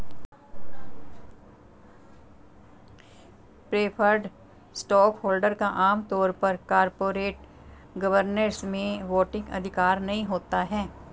preferred stockholder का आम तौर पर कॉरपोरेट गवर्नेंस में वोटिंग अधिकार नहीं होता है